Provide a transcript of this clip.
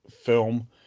film